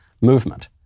movement